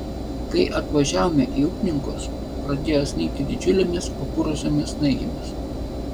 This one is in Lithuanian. kai atvažiavome į upninkus pradėjo snigti didžiulėmis papurusiomis snaigėmis